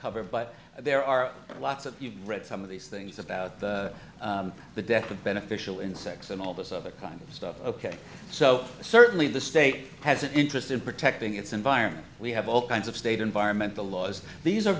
cover but there are lots of you read some of these things about the death of beneficial insects and all this other kind of stuff ok so certainly the state has an interest in protecting its environment we have all kinds of state environmental laws these are